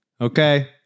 Okay